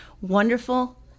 wonderful